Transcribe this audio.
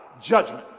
judgment